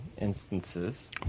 instances